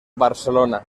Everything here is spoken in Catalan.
barcelona